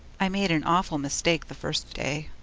i made an awful mistake the first day.